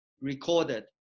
recorded